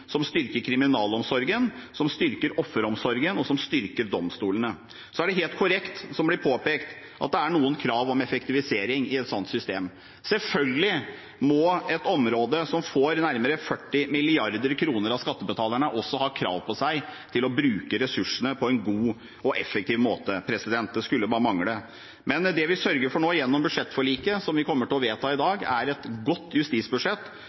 som styrker politi, som styrker kriminalomsorgen, som styrker offeromsorgen, og som styrker domstolene. Så er det helt korrekt, som det er blitt påpekt, at det er noen krav om effektivisering i et sånt system. Selvfølgelig må et område som får nærmere 40 mrd. kr av skattebetalerne, også ha krav på seg til å bruke ressursene på en god og effektiv måte. Det skulle bare mangle. Men det vi sørger for nå gjennom budsjettforliket, som vi kommer til å vedta i dag, er et godt justisbudsjett